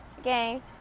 okay